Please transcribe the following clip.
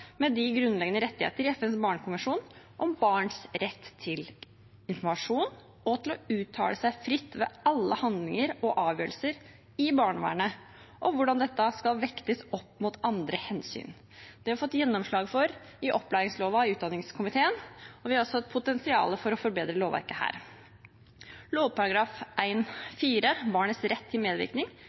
med de grunnleggende rettigheter i FNs barnekonvensjon om barns rett til informasjon og til å uttale seg fritt ved alle handlinger og avgjørelser i barnevernet, og hvordan dette skal vektes opp mot andre hensyn. Det har vi fått gjennomslag for i opplæringsloven i utdanningskomiteen, og vi har også et potensial for å forbedre lovverket her. Lovparagraf 1-4, Barnets rett til medvirkning,